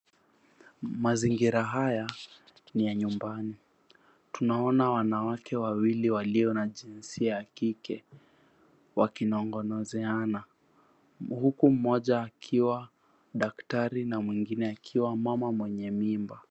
Mazingira haya ni ya nyumbani. Tunaona wanawake wawili walio na jinsia ya kike wakinong'onezeana, huku mmoja akiwa daktari na mwingine akiwa mama mwenye mimba.